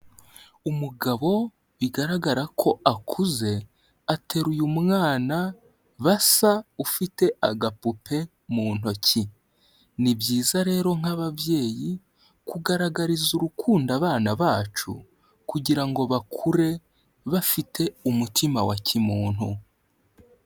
Umugabo bigaragara ko akuze ateruye umwana basa, ufite agapupe mu ntoki. Ni byiza rero nk'ababyeyi kugaragariza urukundo abana bacu kugira ngo bakure bafite umutima wa kimuntu.